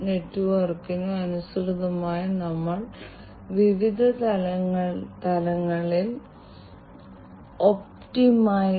നമ്മൾ വ്യവസായങ്ങളെക്കുറിച്ച് പറയുമ്പോൾ അടുത്തത് ലെഗസി ഇൻസ്റ്റാളേഷനുകളാണ്